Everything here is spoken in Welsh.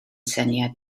syniad